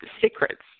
secrets